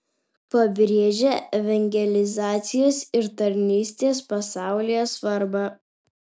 pabrėžia evangelizacijos ir tarnystės pasaulyje svarbą